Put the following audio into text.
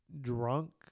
drunk